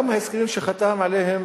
גם הסכמים שחתם עליהם